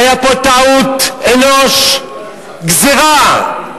היתה פה טעות אנוש, גזירה,